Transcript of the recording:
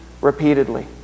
repeatedly